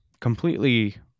completely